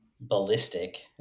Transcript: ballistic